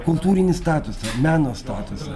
kultūrinį statusą meno statusą